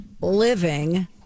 living